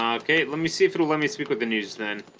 um okay let me see if it'll let me speak with the news then